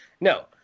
no